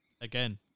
Again